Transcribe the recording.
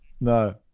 No